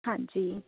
ਹਾਂਜੀ